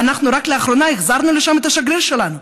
ואנחנו רק לאחרונה החזרנו לשם את השגריר שלנו.